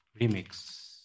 Remix